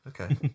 okay